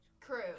crew